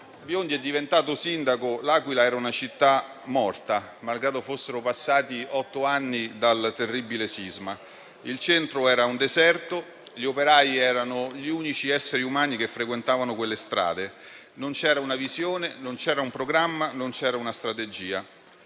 Biondi è diventato sindaco, L'Aquila era una città morta, malgrado fossero passati otto anni dal terribile sisma: il centro era un deserto e gli operai erano gli unici esseri umani a frequentare le strade; non c'era una visione, né un programma o una strategia.